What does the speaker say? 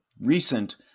recent